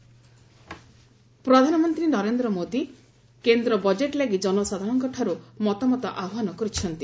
PM budget ପ୍ରଧାନମନ୍ତ୍ରୀ ନରେନ୍ଦ୍ର ମୋଦି କେନ୍ଦ୍ର budget ଲାଗି ଜନସାଧାରଣଙ୍କଠାରୁ ମତାମତ ଆହ୍ପାନ କରିଛନ୍ତି